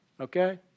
okay